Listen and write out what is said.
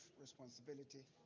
responsibility